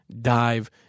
dive